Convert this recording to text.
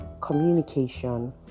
communication